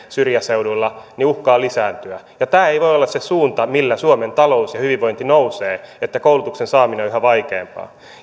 syrjäseuduilla uhkaa lisääntyä tämä ei voi olla se suunta millä suomen talous ja hyvinvointi nousevat että koulutuksen saaminen on yhä vaikeampaa